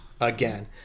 again